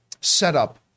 setup